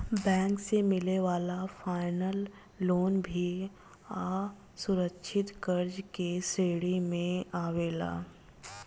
bank से मिले वाला पर्सनल लोन भी असुरक्षित कर्जा के श्रेणी में आवेला